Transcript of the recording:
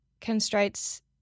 constraints